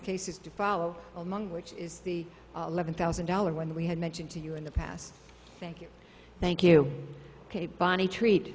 cases to follow among which is the eleven thousand dollars when we had mentioned to you in the past thank you thank you ok bonnie treat